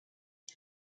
die